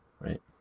Right